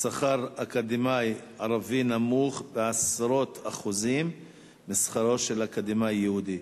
שכר אקדמאי ערבי נמוך בעשרות אחוזים משכרו של אקדמאי יהודי.